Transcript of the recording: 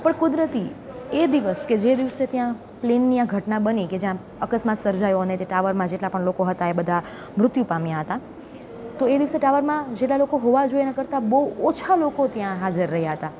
પણ કુદરતી એ દિવસ કે જે દિવસે ત્યાં પ્લેનની આ ઘટના બની કે જ્યાં અકસ્માત સર્જાયો અને તે ટાવરમાં જેટલા પણ લોકો હતા એ બધા મૃત્યુ પામ્યા હતા તો એ દિવસે ટાવરમાં જેટલા લોકો હોવા જોઈએ એના કરતાં બહુ ઓછા લોકો ત્યાં હાજર રહ્યાં હતા